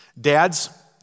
dads